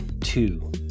two